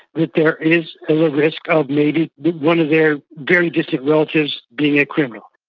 that there is a low risk of maybe one of their very distant relatives being a criminal.